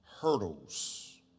hurdles